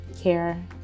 care